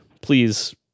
Please